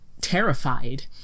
terrified